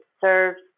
serves